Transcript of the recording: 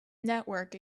network